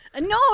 No